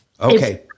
okay